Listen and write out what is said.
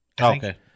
Okay